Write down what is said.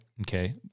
Okay